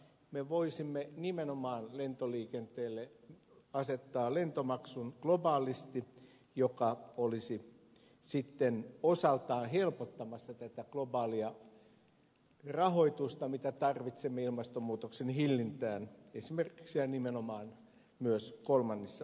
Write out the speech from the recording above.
me voisimme nimenomaan lentoliikenteelle asettaa globaalisti lentomaksun joka olisi sitten osaltaan helpottamassa tätä globaalia rahoitusta mitä tarvitsemme ilmastonmuutoksen hillintään esimerkiksi ja nimenomaan myös kolmannessa